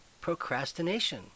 procrastination